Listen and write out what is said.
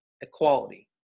equality